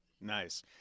Nice